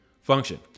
function